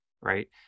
right